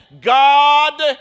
God